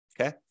okay